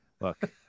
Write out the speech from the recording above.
Look